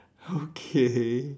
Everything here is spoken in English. okay